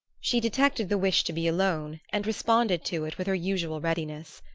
she detected the wish to be alone and responded to it with her usual readiness.